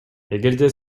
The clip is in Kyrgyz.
эгерде